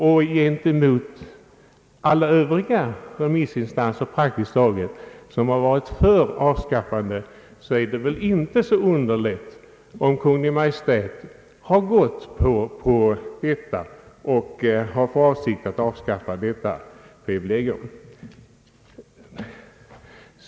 Då praktiskt taget alla övriga remissinstanser tillstyrkt ett avskaffande är det väl inte så underligt att Kungl. Maj:t nu tagit hänsyn härtill och alltså har för avsikt att avskaffa almanacksprivilegiet.